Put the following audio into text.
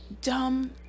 dumb